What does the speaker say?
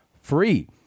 free